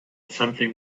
something